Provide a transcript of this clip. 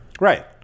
Right